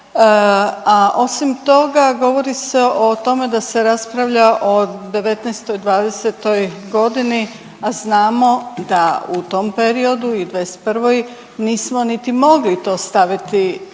A osim toga govori se o tome da se raspravlja o '19. i '20.g., a znamo da u tom periodu i u '21. nismo niti mogli to staviti kao